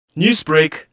Newsbreak